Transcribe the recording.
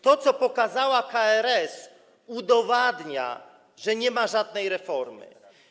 To, co pokazała KRS, udowadnia, że nie ma żadnej reformy.